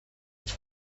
his